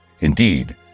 Indeed